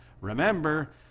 Remember